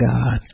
God